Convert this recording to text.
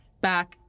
back